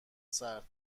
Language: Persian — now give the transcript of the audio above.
سرد